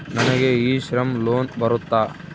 ನನಗೆ e Shram loan ಬರುತ್ತಾ?